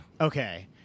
Okay